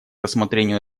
рассмотрению